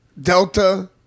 Delta